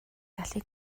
gallu